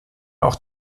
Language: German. auch